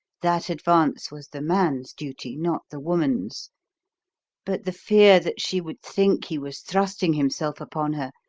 that advance was the man's duty, not the woman's but the fear that she would think he was thrusting himself upon her,